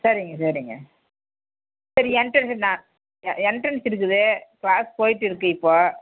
சரிங்க சரிங்க சரிங்க எண்ட்ரன்ஸ் எண்ட்ரன்ஸ் இருக்குது கிளாஸ் போய்ட்டு இருக்குது இப்போது